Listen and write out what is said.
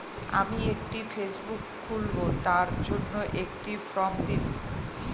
আমি একটি ফেসবুক খুলব তার জন্য একটি ফ্রম দিন?